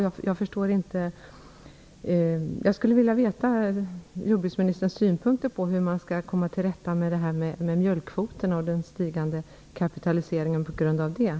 Jag skulle vilja höra jordbruksministerns synpunkter på hur man skall komma till rätta med det här problemet med mjölkkvoterna och den stigande kapitaliseringen som blir följden.